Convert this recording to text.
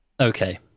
Okay